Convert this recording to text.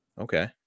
Okay